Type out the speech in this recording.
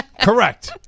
correct